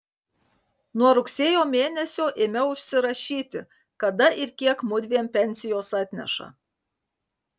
nuo rugsėjo mėnesio ėmiau užsirašyti kada ir kiek mudviem pensijos atneša